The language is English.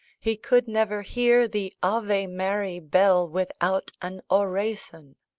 he could never hear the ave mary! bell without an oraison.